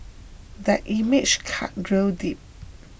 that image cut real deep